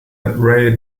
ray